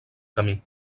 camí